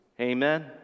Amen